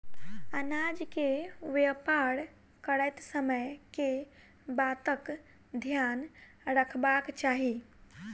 अनाज केँ व्यापार करैत समय केँ बातक ध्यान रखबाक चाहि?